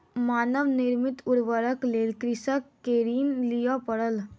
मानव निर्मित उर्वरकक लेल कृषक के ऋण लिअ पड़ल